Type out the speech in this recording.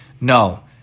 No